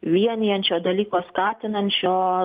vienijančio dalyko skatinančio